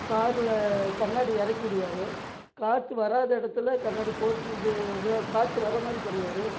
காரில் கண்ணாடி எறக்கிவுடுவார் காற்று வராத இடத்துல கண்ணாடி போட்டு இது காற்று வரமாதிரி பண்ணுவார்